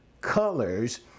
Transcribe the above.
colors